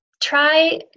Try